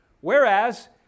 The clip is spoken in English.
Whereas